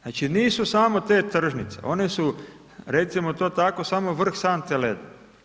Znači nisu samo te tržnice, one su recimo to tako, samo vrh sante leda.